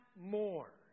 more